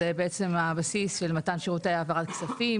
שהיא הבסיס של מתן שירותי העברת כספים.